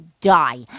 die